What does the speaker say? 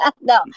no